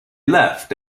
left